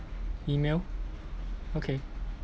email okay